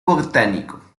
botánico